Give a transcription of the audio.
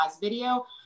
video